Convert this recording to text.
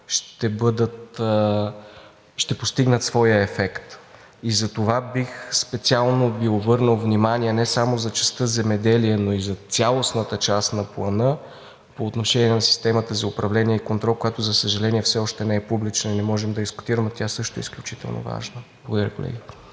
ще постигне своя ефект. Затова специално бих Ви обърнал внимание не само за частта „Земеделие“, но и за цялостната част на Плана, по отношение на системата за управление и контрол, която, за съжаление, все още не е публична и не можем да я дискутираме, но тя също е изключително важна. Благодаря Ви.